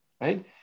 Right